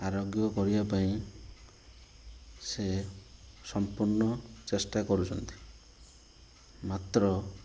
ଆରୋଗ୍ୟ କରିବା ପାଇଁ ସେ ସଂପୂର୍ଣ୍ଣ ଚେଷ୍ଟା କରୁଛନ୍ତି ମାତ୍ର